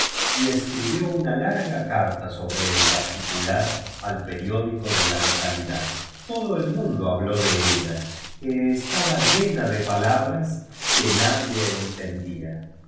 y escribió una larga carta sobre tú particular al periódico de la localidad todo el mundo habló de ella que estaba llena de palabras que nadie en